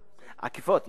עקיפות,